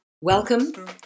Welcome